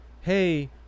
hey